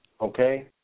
Okay